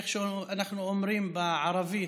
איך שאנחנו אומרים בערבית,